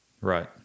right